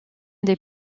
des